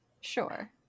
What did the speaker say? Sure